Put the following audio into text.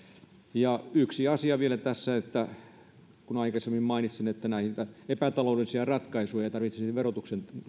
ja yksi asia vielä tässä on se minkä aikaisemmin mainitsin että näitä epätaloudellisia ratkaisuja ei tarvitsisi verotuksen